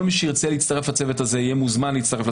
כל מי שירצה להצטרף לצוות הזה יוזמן להצטרף.